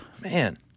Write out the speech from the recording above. Man